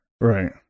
Right